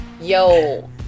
Yo